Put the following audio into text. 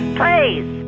please